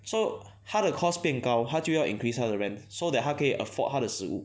so 他的 cost 变高他就要 increase 他的 rent so that 他可以 afford 他的食物